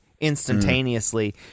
instantaneously